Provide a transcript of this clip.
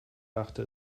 dachte